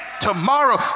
tomorrow